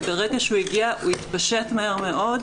וברגע שהוא הגיע הוא התפשט מהר מאוד,